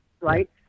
right